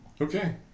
okay